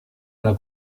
alla